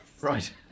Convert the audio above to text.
Right